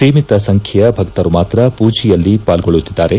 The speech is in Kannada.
ಸೀಮಿತ ಸಂಖ್ಯೆಯ ಭಕ್ತರು ಮಾತ್ರ ಪೂಜೆಯಲ್ಲಿ ಪಾಲ್ಗೊಳ್ಳುತ್ತಿದ್ದಾರೆ